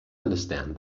understand